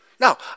Now